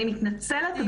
אני מתנצלת,